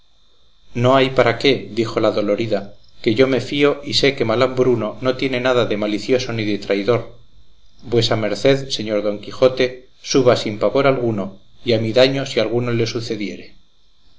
no hay para qué dijo la dolorida que yo le fío y sé que malambruno no tiene nada de malicioso ni de traidor vuesa merced señor don quijote suba sin pavor alguno y a mi daño si alguno le sucediere